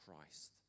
Christ